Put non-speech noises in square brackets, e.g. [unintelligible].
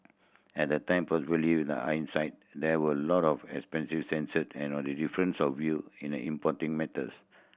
at the time probably with the hindsight there were a lot of excessive [unintelligible] and on the difference of view in the importing matters